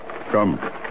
Come